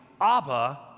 Abba